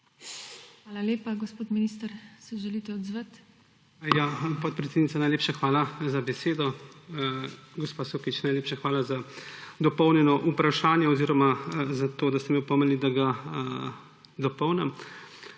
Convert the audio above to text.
Hvala lepa. Gospod minister, se želite odzvati? (Da.) JANEZ POKLUKAR: Podpredsednica, najlepša hvala za besedo. Gospa Sukič, najlepša hvala za dopolnjeno vprašanje oziroma za to, da ste me opomnili, da ga dopolnim.